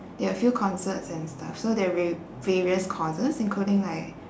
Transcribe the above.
there are a few concerts and stuff so there var~ were various causes including like